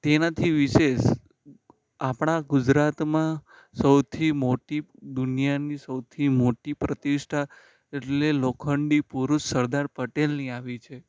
તેનાથી વિશેષ આપણાં ગુજરાતમાં સૌથી મોટી દુનિયાની સૌથી મોટી પ્રતિષ્ઠા એટલે લોખંડી પુરુષ સરદાર પટેલની આવી છે